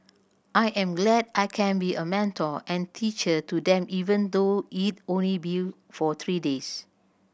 I am glad I can be a mentor and teacher to them even though it only be for three days